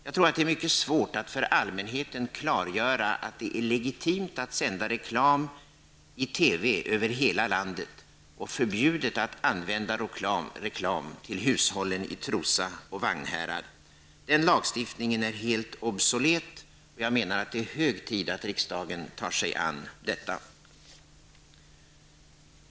Jag tror att det är mycket svårt att för allmänheten klargöra att det är ligitimt att sända reklam i TV över hela landet men förbjudet att sända reklam till hushållen i Trosa och Vagnhärad. Den lagstiftningen är helt obsolet, och jag menar att det är hög tid för riksdagen att ta sig an detta.